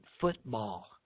football